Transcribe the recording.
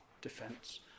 defense